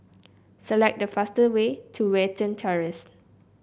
select the fastest way to Watten Terrace